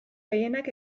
gehienak